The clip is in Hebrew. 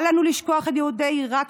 אל לנו לשכוח את יהודי עיראק,